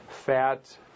fat